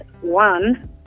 one